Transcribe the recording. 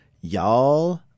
Y'all